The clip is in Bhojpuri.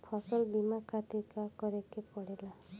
फसल बीमा खातिर का करे के पड़ेला?